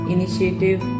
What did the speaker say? initiative